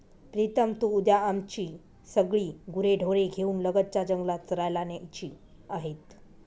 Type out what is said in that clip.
प्रीतम तू उद्या आमची सगळी गुरेढोरे घेऊन लगतच्या जंगलात चरायला न्यायची आहेत